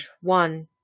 One